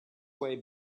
way